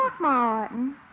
Martin